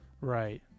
Right